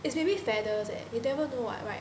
it's maybe feathers eh you never know what right